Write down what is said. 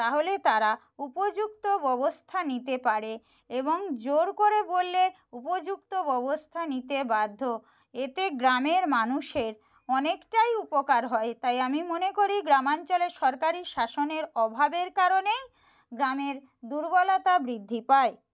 তাহলে তারা উপযুক্ত ব্যবস্থা নিতে পারে এবং জোর করে বললে উপযুক্ত ব্যবস্থা নিতে বাধ্য এতে গ্রামের মানুষের অনেকটাই উপকার হয় তাই আমি মনে করি গ্রামাঞ্চলে সরকারি শাসনের অভাবের কারণেই গ্রামের দুর্বলতা বৃদ্ধি পায়